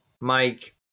Mike